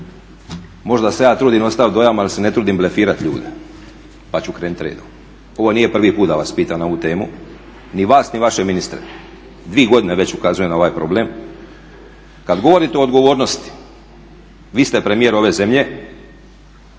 Možda se ja trudim ostavit dojam, ali se ne trudim blefirat ljude pa ću krenuti redom. Ovo nije prvi put da vas pitam ovu temu, ni vas ni vaše ministre. Dvije godine već ukazujem na ovaj problem. Kad govorite o odgovornosti, vi ste premijer ove zemlje